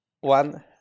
one